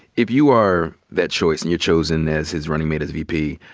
if you are that choice and you're chosen as his running mate as vp,